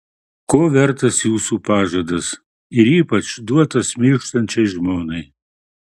ko vertas jūsų pažadas ir ypač duotas mirštančiai žmonai